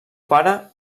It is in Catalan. pare